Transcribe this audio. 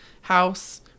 house